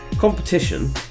competition